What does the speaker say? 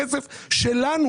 הכסף שלנו,